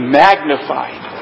magnified